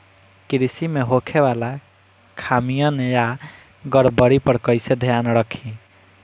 कृषि में होखे वाला खामियन या गड़बड़ी पर कइसे ध्यान रखि?